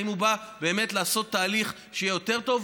האם הוא בא לעשות תהליך שיהיה יותר טוב,